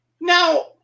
Now